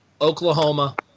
Oklahoma